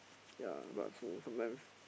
ya but so sometimes